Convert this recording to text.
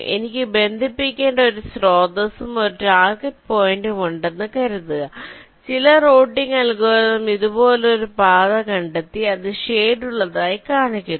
എനിക്ക് ബന്ധിപ്പിക്കേണ്ട ഒരു സ്രോതസ്സും ഒരു ടാർഗെറ്റ് പോയിന്റും ഉണ്ടെന്ന് കരുതുക ചില റൂട്ടിംഗ് അൽഗോരിതം ഇതുപോലൊരു പാത കണ്ടെത്തി അത് ഷേഡുള്ളതായി കാണിക്കുന്നു